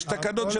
יש של הכנסת,